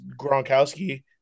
Gronkowski